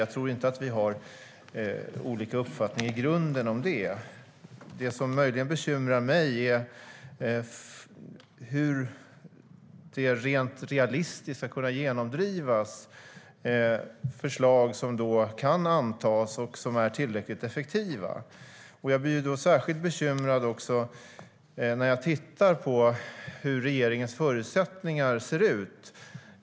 Jag tror inte att vi i grunden har olika uppfattning om det, utan det som möjligen bekymrar mig är hur man rent realistiskt ska kunna genomdriva förslag som kan antas och som är tillräckligt effektiva. Jag blir särskilt bekymrad när jag tittar på hur regeringens förutsättningar ser ut.